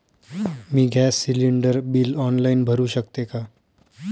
मी gas cylinder bill online भरु शकते का?